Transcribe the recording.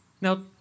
Now